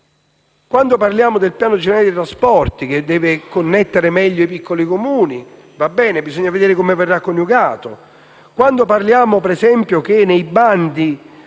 Quando parliamo del piano generale dei trasporti, che deve connettere meglio i piccoli Comuni, va bene, ma bisogna vedere come verrà coniugato. Quando parliamo, ad esempio, del fatto